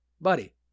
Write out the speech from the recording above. buddy